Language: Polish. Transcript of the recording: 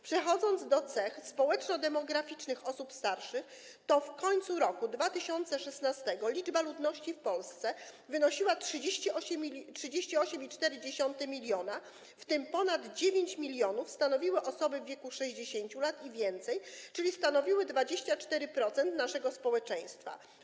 Przechodząc do cech społeczno-demograficznych osób starszych - w końcu roku 2016 liczba ludności w Polsce wynosiła 38,4 mln, w tym ponad 9 mln stanowiły osoby w wieku 60 lat i więcej, czyli stanowiły 24% naszego społeczeństwa.